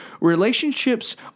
Relationships